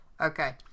Okay